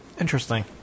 Interesting